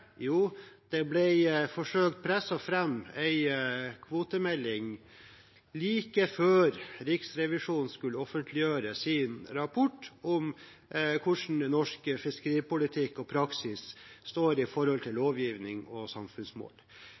Det ble forsøkt presset fram en kvotemelding like før Riksrevisjonen skulle offentliggjøre sin rapport om hvordan norsk fiskeripolitikk og praksis står i forhold til lovgivning og samfunnsmål.